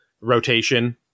rotation